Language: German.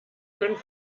können